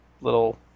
little